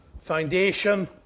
foundation